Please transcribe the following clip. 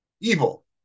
evil